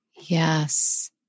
Yes